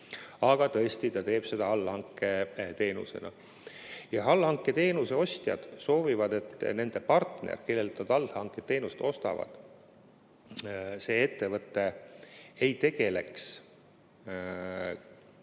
aga tõesti ta teeb seda allhanketeenusena. Allhanketeenuse ostjad soovivad, et nende partner, kellelt nad allhanketeenust ostavad, ei tegeleks muu